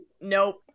nope